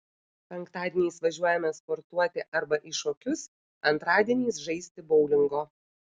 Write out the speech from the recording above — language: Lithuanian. penktadieniais važiuojame sportuoti arba į šokius antradieniais žaisti boulingo